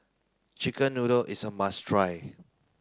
chicken noodle is a must try